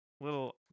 little